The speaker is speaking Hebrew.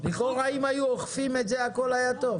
לכאורה אם היו אוכפים את זה, הכול היה טוב.